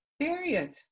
period